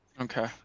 Okay